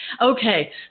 okay